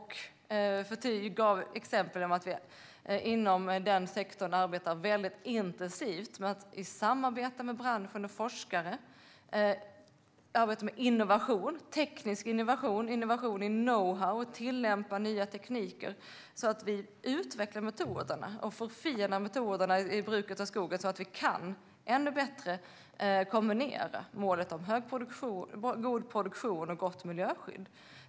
Jag gav exempel på att vi inom den sektorn arbetar väldigt intensivt med att i samarbete med branschen och forskare jobba med innovation - teknisk innovation, innovation i know-how och tillämpning av nya tekniker - så att vi utvecklar metoderna och förfinar dem i bruket av skogen så att vi ännu bättre kan kombinera målet om god produktion och gott miljöskydd.